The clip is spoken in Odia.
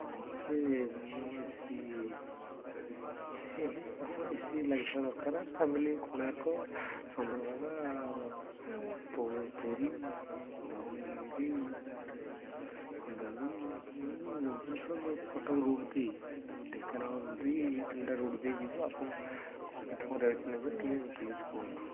ହଁ ସେ ଏ ସି ଏ ସି ହେଲେ ହଁ ଏ ସି ଲାଗିଥିବା ଦରକାର ଫ୍ୟାମିଲି କୋଣାର୍କ ଚନ୍ଦ୍ରଭାଗା ପୁରୀ ଧଉଳିଗିରି ତା'ପରେ ଖଣ୍ଡଗିରି ଏମିତି ଭୁବନେଶ୍ୱର କଟକ ରୁଟ୍ ଦେଇ ତା'ପରେ ଢେଙ୍କାନାଳ ରୁଟ୍ ଦେଇ ତିନିଟା ରୁଟ୍ ଦେଇଯିବ ଆପଣ କ'ଣ କେତେ କ'ଣ ରେଟ୍ ନେବେ ଟିକେ ପ୍ଳିଜ କୁହନ୍ତୁ